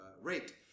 rate